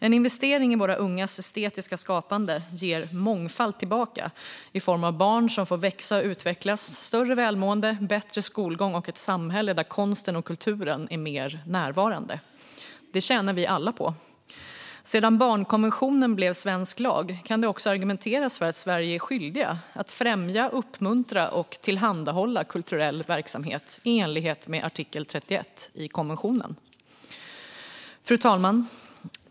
En investering i de ungas estetiska skapande ger mångfalt tillbaka i form av barn som får växa och utvecklas, större välmående, bättre skolgång och ett samhälle där konsten och kulturen är mer närvarande. Det tjänar vi alla på. Sedan barnkonventionen blev svensk lag kan det också argumenteras för att vi i Sverige är skyldiga att främja, uppmuntra och tillhandahålla kulturell verksamhet i enlighet med artikel 31 i konventionen. Fru talman!